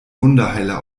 wunderheiler